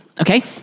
Okay